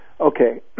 Okay